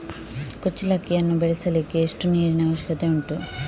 ಕುಚ್ಚಲಕ್ಕಿಯನ್ನು ಬೆಳೆಸಲಿಕ್ಕೆ ಎಷ್ಟು ನೀರಿನ ಅವಶ್ಯಕತೆ ಉಂಟು?